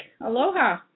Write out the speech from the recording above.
Aloha